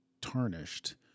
tarnished